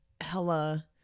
hella